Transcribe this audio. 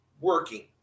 working